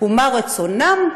ומה רצונם,